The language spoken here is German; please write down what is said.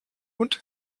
und